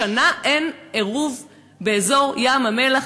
שנה אין עירוב באזור ים-המלח.